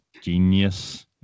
genius